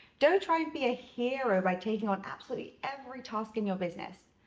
don't try and be a hero by taking on absolutely every task in your business.